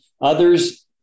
others